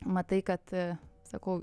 matai kad sakau